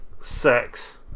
sex